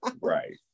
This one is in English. Right